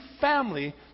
family